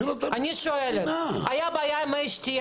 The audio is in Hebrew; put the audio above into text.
אני שואלת: הייתה בעיה עם מי שתייה,